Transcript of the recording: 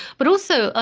but also, ah